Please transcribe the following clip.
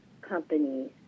companies